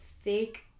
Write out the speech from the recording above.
thick